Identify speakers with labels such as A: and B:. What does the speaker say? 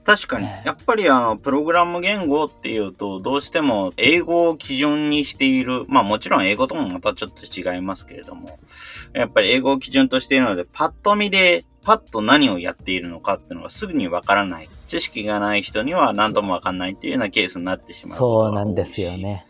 A: 確かに。
B: ね。
A: やっぱりあの、プログラム言語っていうと、どうしても英語を基準にしている。まあ、もちろん英語ともまたちょっと違いますけれども。やっぱり英語を基準としているので、パッと見で、パッと何をやっているのかっていうのがすぐに分からない。知識がない人には何とも分かんないっていうようなケースになってしまうことが多いし。
B: そうなんですよね。